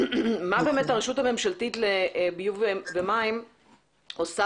מה הרשות הממשלתית לביוב ומים עושה